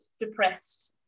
depressed